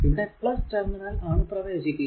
ഇവിടെ ടെർമിനലിൽ ആണ് പ്രവേശിക്കുക